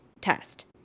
test